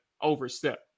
overstep